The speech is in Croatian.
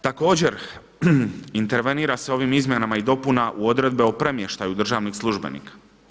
Također intervenira se ovim izmjenama i dopunama u odredbe o premještaju državnih službenika.